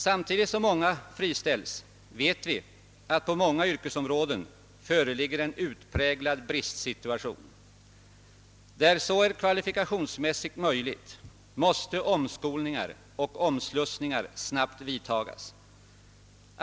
Samtidigt som många friställes vet vi att det på många yrkesområden föreligger en utpräglad bristsituation. Där så är kvalifikationsmässigt möjligt måste omskolningar och omslussningar snabbt vidtagas.